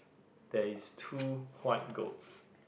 there is two white goats